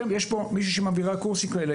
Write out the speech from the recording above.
יש פה מישהי שמעבירה קורסים כאלה.